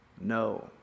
No